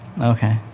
Okay